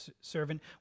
servant